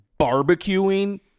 barbecuing